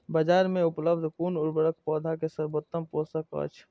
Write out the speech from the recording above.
बाजार में उपलब्ध कुन उर्वरक पौधा के सर्वोत्तम पोषक अछि?